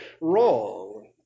wrong